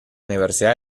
universidad